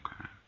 Okay